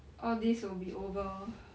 all this will be over